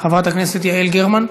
חברת הכנסת יעל גרמן,